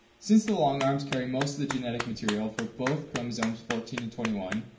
since the long arms carry most of the genetic material for both chromosomes fourteen and twenty one,